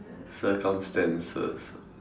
circumstances